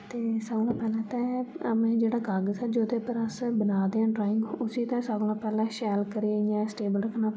ते सारे कोलां पैह्ले ते जेह्ड़ा कागज ऐ जोह्दे उप्पर अस बना दे आं ड्राइंग उसी ते सारे कोलां पैह्ले शैल करियै इयां स्टेबल रक्खना